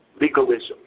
legalism